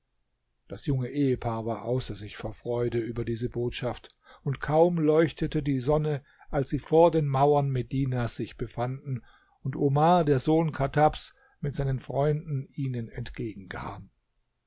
das junge ehepaar war außer sich vor freude über diese botschaft und kaum leuchtete die sonne als sie vor den mauern medinas sich befanden und omar der sohn chattabs mit seinen freunden ihnen